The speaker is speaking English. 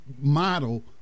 model